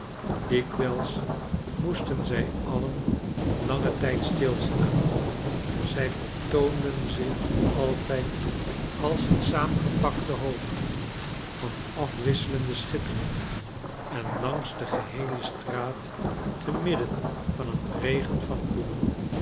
dikwijls moesten zij alien langen tijd stilstaan zij vertoonden zich altijd als een saamgepakten hoop van afwisselende schittering en langs de geheele straat te midden van een regen van bloemen